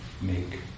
make